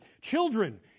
children